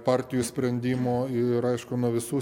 partijų sprendimo ir aišku nuo visų